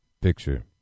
picture